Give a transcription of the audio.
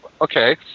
okay